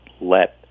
let